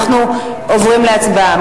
אנחנו עוברים להצבעה.